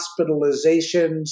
hospitalizations